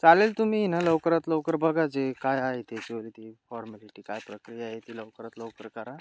चालेल तुम्ही न लवकरात लवकर बघायचे काय आहे ते त्याच्यावरती फॉर्मेलिटी काय प्रक्रिया आहे ती लवकरात लवकर करा